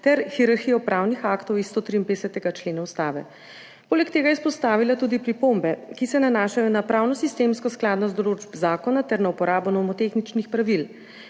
ter hierarhijo pravnih aktov iz 153. člena Ustave. Poleg tega je izpostavila tudi pripombe, ki se nanašajo na pravnosistemsko skladnost določb zakona ter na uporabo nomotehničnih pravil.